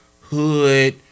hood